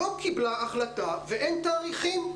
לא קיבלה החלטה ואין תאריכים.